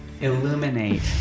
illuminate